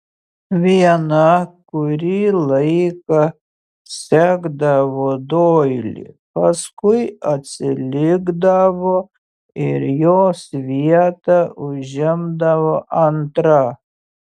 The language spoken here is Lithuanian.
viena kurį laiką sekdavo doilį paskui atsilikdavo ir jos vietą užimdavo antra